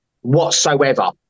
whatsoever